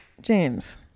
james